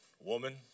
woman